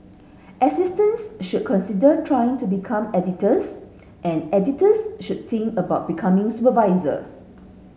assistants should consider trying to become editors and editors should think about becoming supervisors